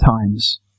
times